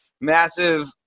massive